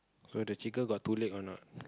so the chicken got two leg or not